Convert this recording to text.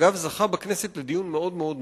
שזכה, אגב, בכנסת לדיון מאוד מאוד מקיף,